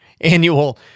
annual